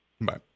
Bye